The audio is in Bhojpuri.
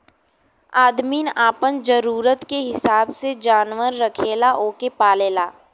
आदमी आपन जरूरत के हिसाब से जानवर रखेला ओके पालेला